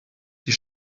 die